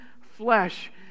flesh